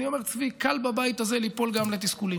אני אומר, צבי, שקל בבית הזה ליפול גם לתסכולים.